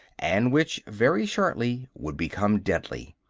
and which very shortly would become deadly.